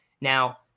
Now